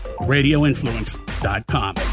RadioInfluence.com